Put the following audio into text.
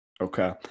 Okay